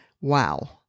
Wow